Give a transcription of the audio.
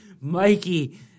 Mikey